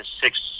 six